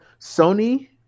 Sony